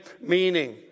meaning